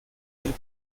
del